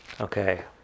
Okay